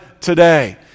today